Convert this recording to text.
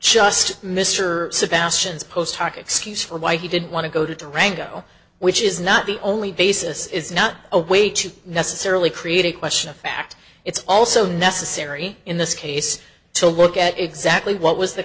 just mr sebastian's post hoc excuse for why he didn't want to go to durango which is not the only basis is not a way to necessarily create a question of fact it's also necessary in this case to look at exactly what was the